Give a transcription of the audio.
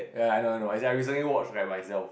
ya I know I know as in I recently watch by myself